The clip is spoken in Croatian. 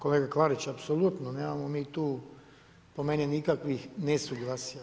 Kolega Klarić, apsolutno nemamo mi tu po meni nikakvih nesuglasja.